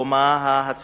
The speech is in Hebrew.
או מה ההצעה,